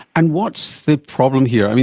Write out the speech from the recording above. and what's the problem here? i mean,